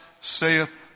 saith